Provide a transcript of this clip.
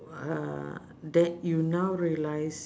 that you now realise